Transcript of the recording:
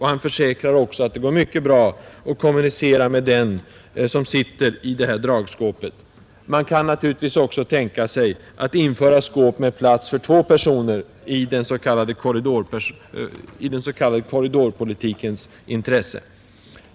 Han försäkrar också att det går mycket bra att kommunicera med den person som sitter i skåpet. Man kan naturligtvis också tänka sig att införa dragskåp med plats för två personer i den s.k. korridorpolitikens intresse.